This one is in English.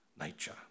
nature